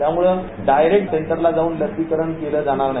त्यामुळे डायरेक्ट सेंटरला जाऊन लसीकरण केलं जाणार नाही